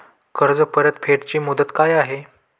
कर्ज परतफेड ची मुदत काय आहे?